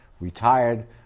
retired